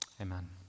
Amen